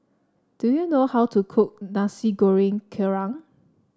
do you know how to cook Nasi Goreng Kerang